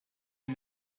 and